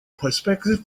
prospective